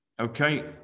Okay